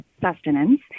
sustenance